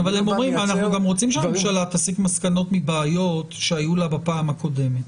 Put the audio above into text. אנחנו רוצים שהממשלה תסיק מסקנות מבעיות שהיו לה בפעם הקודמת.